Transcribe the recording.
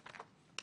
מעבר.